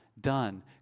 done